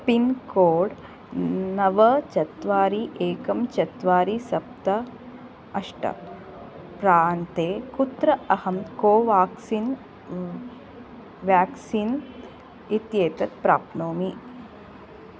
pincode नव चत्वारि एकं चत्वारि सप्त अष्ट प्रान्ते कुत्र अहं कोवाक्सिन् व्याक्सिन् इत्येतत् प्राप्नोमि